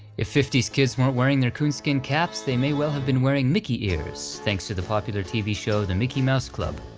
if fifty s kids weren't wearing their coonskin caps, they may well have been wearing mickey ears, thanks to the popular tv show, the mickey mouse club,